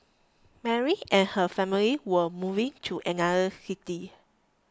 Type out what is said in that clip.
Mary and her family were moving to another city